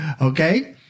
Okay